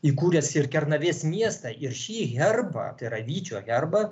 įkūręs ir kernavės miestą ir šį herbą tai yra vyčio herbą